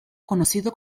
conocida